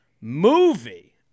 movie